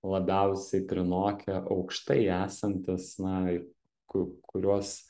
labiausiai prinokę aukštai esantys na ir ku kuriuos